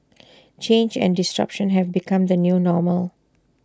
change and disruption have become the new normal